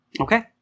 Okay